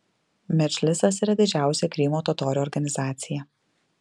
medžlisas yra didžiausia krymo totorių organizacija